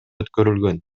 өткөрүлгөн